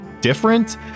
different